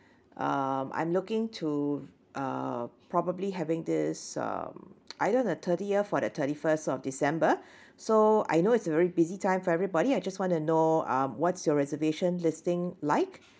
um I'm looking to uh probably having this um either the thirtieth or the thirty first of december so I know it's a very busy time for everybody I just want to know uh what's your reservation listing like